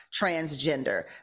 transgender